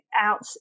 out